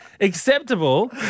acceptable